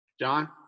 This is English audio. John